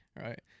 Right